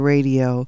Radio